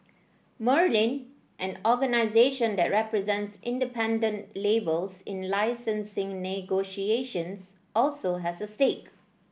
Merlin an organisation that represents independent labels in licensing negotiations also has a stake